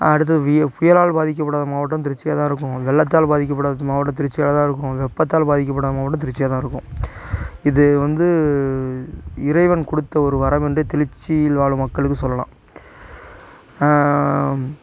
அடுத்தது விய புயலால் பாதிக்கப்படாத மாவட்டம் திருச்சியாக தான் இருக்கும் வெள்ளத்தால் பாதிக்கப்படாத மாவட்டம் திருச்சியாக தான் இருக்கும் வெப்பத்தால் பாதிக்கப்படாத மாவட்டம் திருச்சியாக தான் இருக்கும் இது வந்து இறைவன் கொடுத்த ஒரு வரம் என்று திருச்சியில் வாழும் மக்களுக்கு சொல்லெலாம்